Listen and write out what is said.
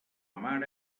mare